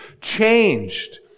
changed